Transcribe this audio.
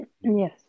yes